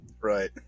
right